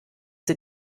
sie